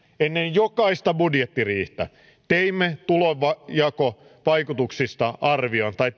ennen jokaista budjettiriihtä teimme tulonjakovaikutuksista arvion tai